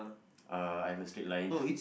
uh I have a straight line